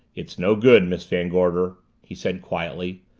it's no good, miss van gorder, he said quietly.